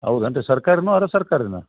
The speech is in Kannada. ಹೌದೇನ್ರೀ ಸರ್ಕಾರಿನೋ ಅರೆ ಸರ್ಕಾರಿನೋ